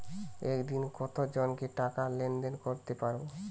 একদিন কত জনকে টাকা লেনদেন করতে পারবো?